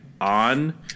on